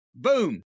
Boom